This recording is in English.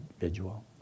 individual